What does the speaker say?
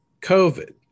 COVID